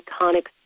iconic